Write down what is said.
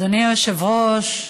אדוני היושב-ראש,